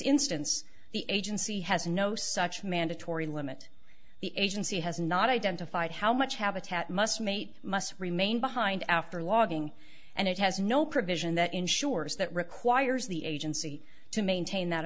instance the agency has no such mandatory limit the agency has not identified how much habitat must mate must remain behind after logging and it has no provision that ensures that requires the agency to maintain that